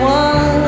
one